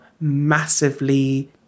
massively